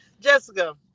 jessica